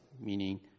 meaning